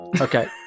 Okay